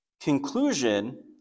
conclusion